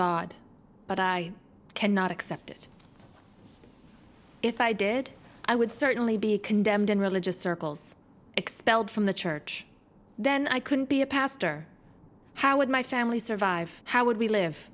god but i cannot accept it if i did i would certainly be condemned in religious circles expelled from the church then i couldn't be a pastor how would my family survive how would we live